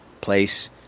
place